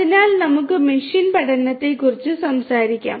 അതിനാൽ നമുക്ക് മെഷീൻ പഠനത്തെക്കുറിച്ച് സംസാരിക്കാം